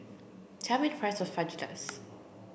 tell me the price of Fajitas